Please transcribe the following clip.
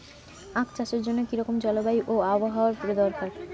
আখ চাষের জন্য কি রকম জলবায়ু ও আবহাওয়া দরকার?